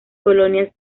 colonias